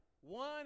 one